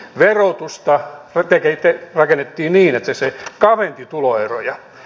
verotusta rakennettiin niin että se kavensi tuloeroja